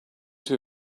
two